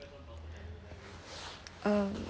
um